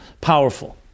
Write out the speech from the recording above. powerful